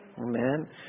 Amen